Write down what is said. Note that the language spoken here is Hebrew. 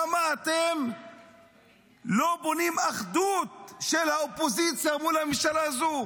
למה אתם לא בונים אחדות של האופוזיציה מול הממשלה הזו?